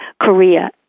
Korea